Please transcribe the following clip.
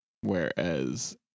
Whereas